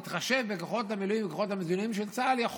בהתחשב בכוחות המילואים ובכוחות המזוינים של צה"ל,